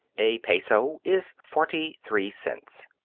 a peso is forty-three cents.